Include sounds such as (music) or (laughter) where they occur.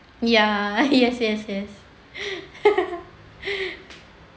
ya yes yes yes (laughs)